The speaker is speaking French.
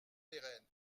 pérenne